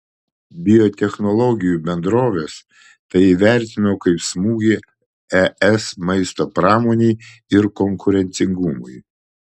biotechnologijų bendrovės tai įvertino kaip smūgį es maisto pramonei ir konkurencingumui